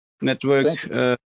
Network